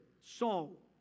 Saul